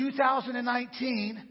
2019